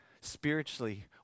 Spiritually